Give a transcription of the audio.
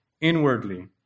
inwardly